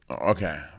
Okay